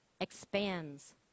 expands